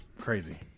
Crazy